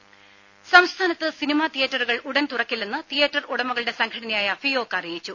രുമ സംസ്ഥാനത്ത് സിനിമ തിയേറ്ററുകൾ ഉടൻ തുറക്കില്ലെന്ന് തിയേറ്റർ ഉടമകളുടെ സംഘടനയായ ഫിയോക് അറിയിച്ചു